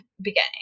beginning